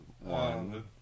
one